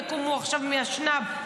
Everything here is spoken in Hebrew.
יקומו עכשיו משנ"ב.